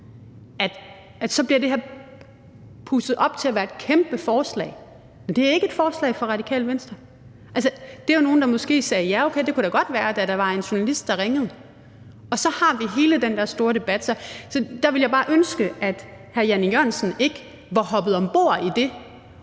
her så bliver pustet op til at være et kæmpe forslag. Men det er ikke et forslag fra Radikale Venstre. Altså, det er jo nogle, der måske sagde, at ja, okay, det kunne da godt være, da der var en journalist, der ringede, og så har vi hele den der store debat. Så der ville jeg bare ønske, at hr. Jan E. Jørgensen ikke var hoppet om bord i det